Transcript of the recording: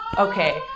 Okay